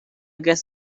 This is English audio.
guess